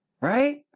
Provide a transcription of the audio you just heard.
right